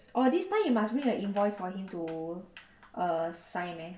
oh this time you must bring an invoice for him to err sign eh